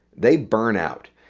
they burn out.